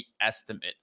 estimate